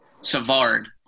Savard